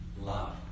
love